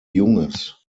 junges